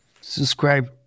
Subscribe